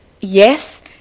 yes